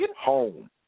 home